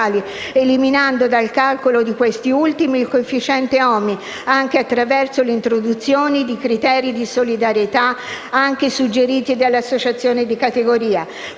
eliminando dal calcolo di questi ultimi il coefficiente OMI, anche attraverso l'introduzione di criteri di solidarietà, anche suggeriti dalle associazioni di categoria;